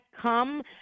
come